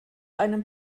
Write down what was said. einem